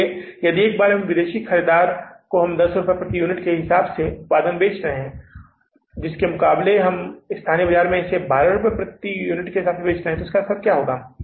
इसलिए यदि यह एक बार विदेशी ख़रीदार में है अगर उसे 10 रुपये प्रति यूनिट के हिसाब से उत्पादन बेचा जा रहा है और 12 रुपये के मुकाबले हम स्थानीय बाजार में बेच रहे हैं तो इसका क्या असर होगा